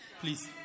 Please